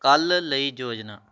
ਕੱਲ੍ਹ ਲਈ ਯੋਜਨਾ